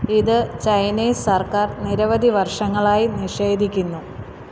ഇത് ചൈനീസ് സര്ക്കാര് നിരവധി വർഷങ്ങളായി നിഷേധിക്കുന്നു